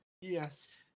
Yes